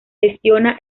gestiona